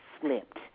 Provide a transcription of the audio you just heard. slipped